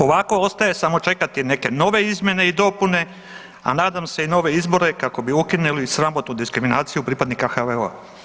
Ovako ostaje samo čekati neke nove izmjene i dopune, a nadam se i nove izbore kako bi ukinuli sramotnu diskriminaciju pripadnika HVO-a.